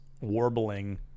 warbling